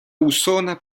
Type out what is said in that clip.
usona